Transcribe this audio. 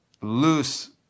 loose